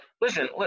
listen